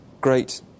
great